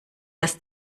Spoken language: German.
das